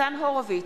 ניצן הורוביץ,